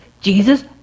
Jesus